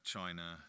China